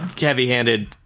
heavy-handed